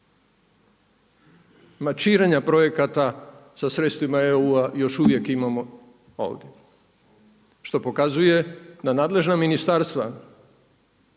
malčiranja projekata sa sredstvima EU-a još uvijek imamo ovdje. Što pokazuje da nadležna ministarstva